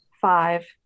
Five